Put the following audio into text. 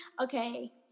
okay